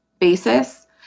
basis